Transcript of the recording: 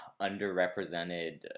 underrepresented